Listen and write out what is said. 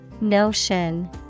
Notion